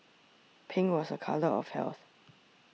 pink was a colour of health